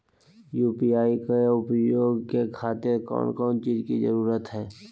UPI के उपयोग के खातिर कौन कौन चीज के जरूरत है?